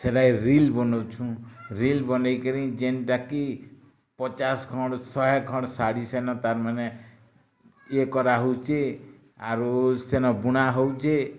ସେରେ ରିଲ୍ ବନାଉଛୁ ରିଲ୍ ବନାଇକରି ଯେନ୍ତା କି ପଚାଶ ଖଣ୍ଡ ଶହେ ଖଣ୍ଡ ଶାଢ଼ୀ ସେନ ପାର ମାନେ ଇଏ କରାହେଉଛି ଆରୁ ସେନ ବୁଣା ହେଉଛି